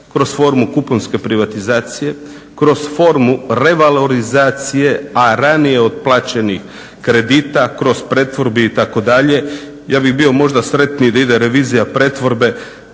kroz formu kuponske privatizacije, kroz formu revalorizacije, a ranije otplaćenih kredita kroz pretvorbu itd. Ja bih bio možda sretniji da ide revizija pretvorbe,